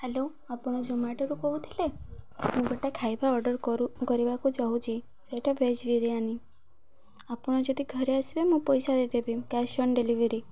hello ଆପଣ ଜୋମାଟୋରୁ କହୁଥିଲେ ମୁଁ ଗୋଟେ ଖାଇବା ଅର୍ଡ଼ର୍ କରୁ କରିବାକୁ ଚାହୁଁଛି ସେଇଟା ଭେଜ୍ ବିରିୟାନୀ ଆପଣ ଯଦି ଘରେ ଆସିବେ ମୁଁ ପଇସା ଦେଇଦେବି କ୍ୟାସ୍ ଅନ୍ ଡ଼େଲିଭରି